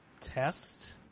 test